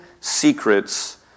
secrets